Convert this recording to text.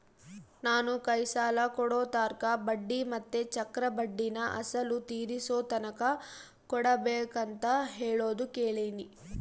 ನಾನು ಕೈ ಸಾಲ ಕೊಡೋರ್ತಾಕ ಬಡ್ಡಿ ಮತ್ತೆ ಚಕ್ರಬಡ್ಡಿನ ಅಸಲು ತೀರಿಸೋತಕನ ಕೊಡಬಕಂತ ಹೇಳೋದು ಕೇಳಿನಿ